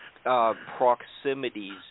Proximities